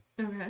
Okay